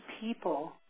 people